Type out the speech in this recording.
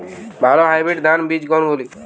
ভালো হাইব্রিড ধান বীজ কোনগুলি?